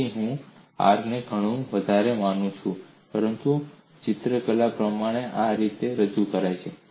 તેથી હું r ને ઘણું વધારે માનું છું પરંતુ ચિત્રકલા પ્રમાણે તે આ રીતે રજૂ થાય છે